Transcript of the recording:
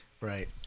Right